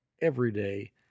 Everyday